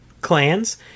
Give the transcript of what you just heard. clans